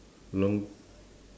long